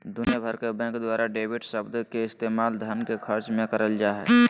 दुनिया भर के बैंक द्वारा डेबिट शब्द के इस्तेमाल धन के खर्च मे करल जा हय